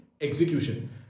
execution